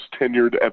tenured